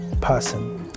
person